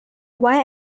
why